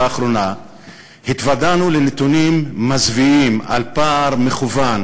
האחרונה התוודענו לנתונים מזוויעים על פער מכוון